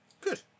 good